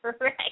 right